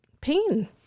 pain